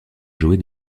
jouer